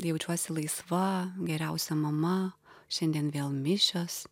jaučiuosi laisva geriausia mama šiandien vėl mišios